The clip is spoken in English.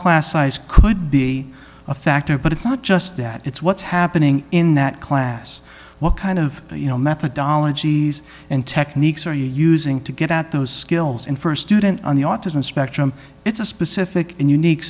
class size could be a factor but it's not just that it's what's happening in that class what kind of you know methodologies into next are you using to get out those skills in st student on the autism spectrum it's a specific and unique